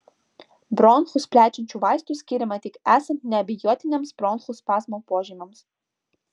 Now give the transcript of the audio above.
bronchus plečiančių vaistų skiriama tik esant neabejotiniems bronchų spazmo požymiams